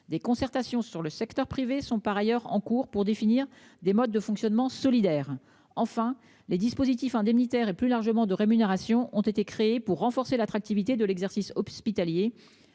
Des concertations sur le secteur privé sont par ailleurs en cours pour définir des modes de fonctionnement solidaire enfin les dispositif indemnitaire et plus largement de rémunération ont été créés pour renforcer l'attractivité de l'exercice hospitalier